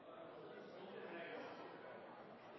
Da er det